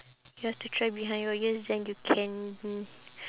you have to try behind your ears then you can mm